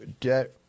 debt